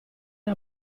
era